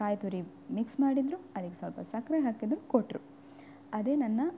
ಕಾಯಿ ತುರಿ ಮಿಕ್ಸ್ ಮಾಡಿದರು ಅದಿಕ್ಕೆ ಸ್ವಲ್ಪ ಸಕ್ಕರೆ ಹಾಕಿದರು ಕೊಟ್ಟರು ಅದೇ ನನ್ನ